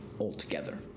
altogether